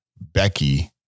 Becky